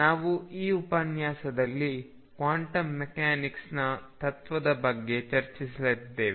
ನಾವು ಈ ಉಪನ್ಯಾಸದಲ್ಲಿ ಕ್ವಾಂಟಂ ಮೆಕ್ಯಾನಿಕ್ಸ್ನ ತತ್ವದ ಬಗ್ಗೆ ಚರ್ಚಿಸಲಿದ್ದೇವೆ